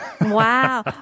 Wow